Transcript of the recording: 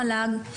המל"ג,